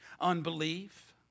Unbelief